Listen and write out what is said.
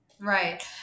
Right